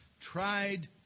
tried